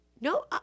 no